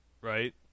right